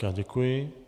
Já děkuji.